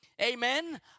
Amen